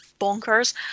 bonkers